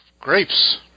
grapes